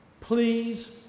Please